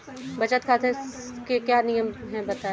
बचत खाते के क्या नियम हैं बताएँ?